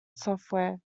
software